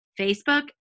Facebook